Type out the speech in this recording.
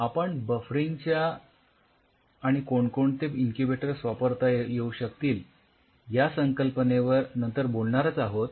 आपण बफरिंगच्या आणि कोणकोणते इन्क्युबेटर्स वापरता येऊ शकतील या संकल्पनेवर नंतर बोलणारच आहोत